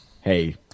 Hey